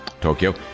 Tokyo